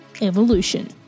Evolution